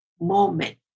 moment